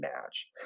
match